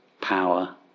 power